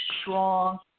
strong